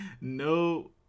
no